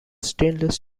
stainless